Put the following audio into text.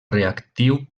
reactiu